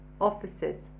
officers